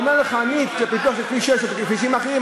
הוא אומר לך: אני את הפיתוח של כביש 6 וכבישים אחרים,